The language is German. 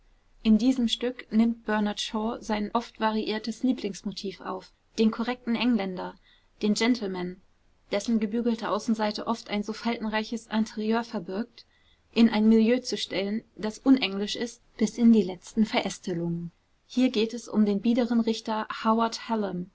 in diesem stück nimmt bernard shaw sein oft variiertes lieblingsmotiv auf den korrekten engländer den gentleman dessen gebügelte außenseite oft ein so faltenreiches interieur verbirgt in ein milieu zu stellen das unenglisch ist bis in die letzten verästelungen hier geht es um den biederen richter howard